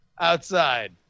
outside